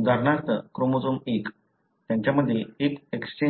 उदाहरणार्थ क्रोमोझोम 1 त्यांच्यामध्ये एक एक्सचेंज आहे